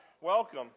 Welcome